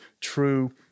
true